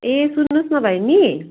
ए सुन्नुहोस् न भाइ नि